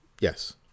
Yes